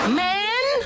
man